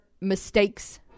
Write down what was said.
mistakes